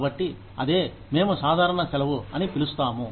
కాబట్టి అదే మేము సాధారణ సెలవు అని పిలుస్తాము